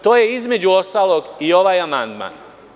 To je između ostalog i ovaj amandman.